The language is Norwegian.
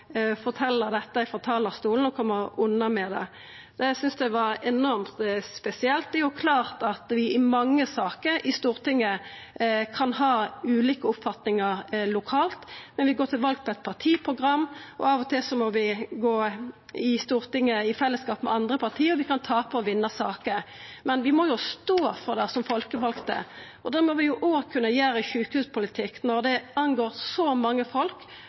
dette frå talarstolen og koma unna med det. Det synest eg er enormt spesielt. Det er jo klart at vi i mange saker i Stortinget kan ha ulike oppfatningar lokalt, men vi går til val på eit partiprogram, og av og til må vi i Stortinget gå i fellesskap med andre parti, og vi kan tapa og vinna saker. Men vi må jo stå for det som folkevalde. Det må vi òg kunna gjera i sjukehuspolitikken, når det angår så mange folk,